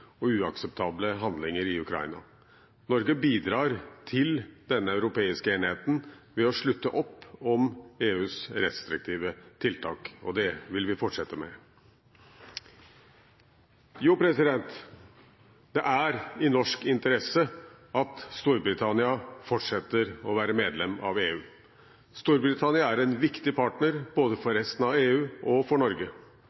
og uakseptable handlinger i Ukraina. Norge bidrar til denne europeiske enheten ved å slutte opp om EUs restriktive tiltak, og det vil vi fortsette med. Det er i norsk interesse at Storbritannia fortsetter å være medlem av EU. Storbritannia er en viktig partner, både for